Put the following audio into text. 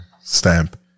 stamp